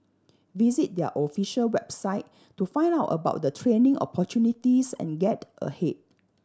visit their official website to find out about the training opportunities and get ahead